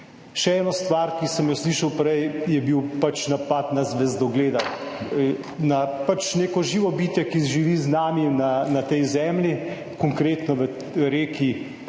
Še ena stvar, ki sem jo slišal prej, je bil napad na zvezdogleda, na neko živo bitje, ki živi z nami na tej zemlji, konkretno v reki